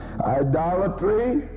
Idolatry